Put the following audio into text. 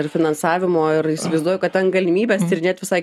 ir finansavimo ir įsivaizduoju kad ten galimybės tyrinėt visai